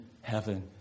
heaven